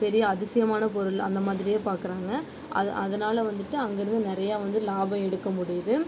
பெரிய அதிசயமான பொருள் அந்த மாதிரியே பார்க்கறாங்க அதை அதனால் வந்துட்டு அங்கே இருந்து நிறையா வந்து லாபம் எடுக்க முடியுது